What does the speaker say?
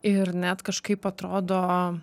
ir net kažkaip atrodo